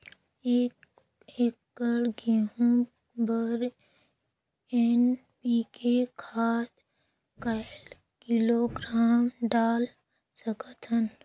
एक एकड़ गहूं बर एन.पी.के खाद काय किलोग्राम डाल सकथन?